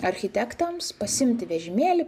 architektams pasiimti vežimėlį